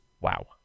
wow